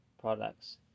products